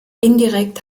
indirekt